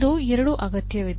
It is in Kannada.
ಇದು ಎರಡೂ ಅಗತ್ಯವಿದೆ